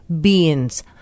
beans